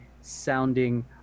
sounding